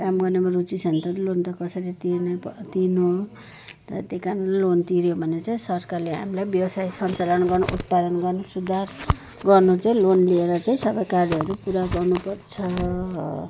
काम गर्नेमा रुचि छन् त लोन त कसरी ति तिर्नु र त्यही कारणले लोन तिर्यो भने चाहिँ सरकारले हामीलाई व्यवसाय सन्चालन गर्न उत्पादन गर्न सुधार गर्नु चाहिँ लोन लिएर चाहिँ सबै कार्यहरू पुरा गर्नु पर्छ